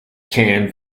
can